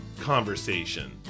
conversation